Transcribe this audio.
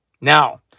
Now